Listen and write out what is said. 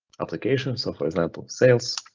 applications, so for example, sales